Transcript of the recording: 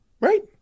Right